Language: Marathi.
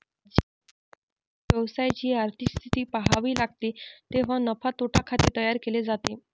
जेव्हा कोणत्याही व्यवसायाची आर्थिक स्थिती पहावी लागते तेव्हा नफा तोटा खाते तयार केले जाते